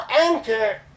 anchor